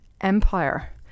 Empire